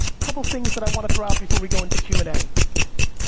couple things that i wanna throw out before we go into q and a.